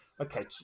Okay